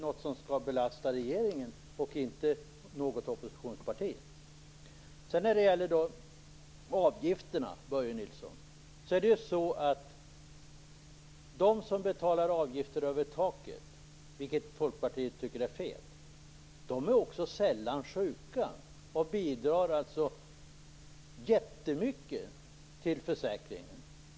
Detta skall belasta regeringen och inte något oppositionsparti. När det gäller avgifterna, Börje Nilsson, är ju de som betalar avgifter över taket, vilket Folkpartiet tycker är fel, sällan sjuka. De bidrar alltså jättemycket till försäkringen.